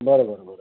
बरं बरं बरं